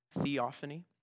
theophany